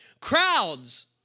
crowds